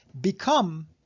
become